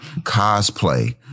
cosplay